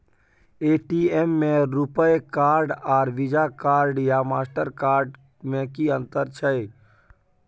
ATM में RuPay card आर Visa card या मास्टर कार्ड में कि अतंर छै?